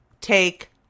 take